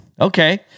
Okay